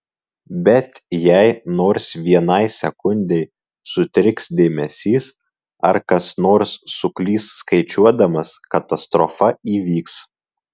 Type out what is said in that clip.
bet jei nors vienai sekundei sutriks dėmesys ar kas nors suklys skaičiuodamas katastrofa įvyks